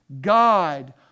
God